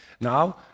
now